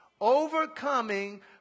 Overcoming